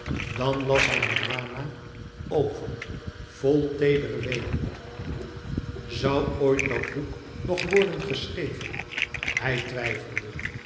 dan las hij nirwana over vol teederen weemoed zoû ooit dat boek nog worden geschreven hij twijfelde